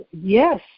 yes